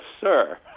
sir